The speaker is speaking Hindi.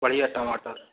बढ़िया टमाटर